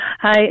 Hi